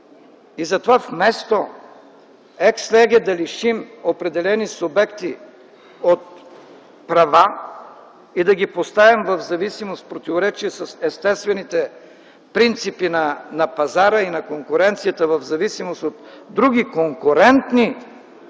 Затова вместо екс леге да лишим определени субекти от права и да ги поставим в зависимост в противоречие с естествените принципи на пазара и на конкуренцията, в зависимост от други конкурентни